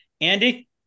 Andy